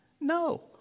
No